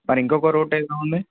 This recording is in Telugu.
మరింకొక రూట్ ఏదో ఉంది